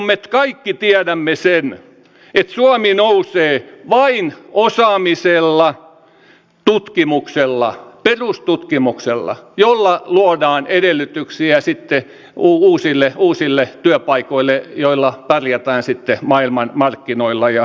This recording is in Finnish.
me kaikki tiedämme sen että suomi nousee vain osaamisella perustutkimuksella jolla luodaan edellytyksiä sitten uusille työpaikoille joilla pärjätään sitten maailmanmarkkinoilla ja turuilla